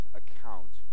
account